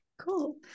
Cool